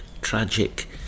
tragic